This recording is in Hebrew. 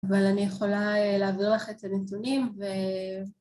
אבל אני יכולה להעביר לך את זה בנתונים ו...